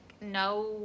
no